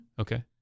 Okay